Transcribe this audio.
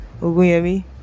Ogunyemi